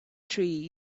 trees